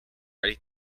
ready